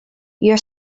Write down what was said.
your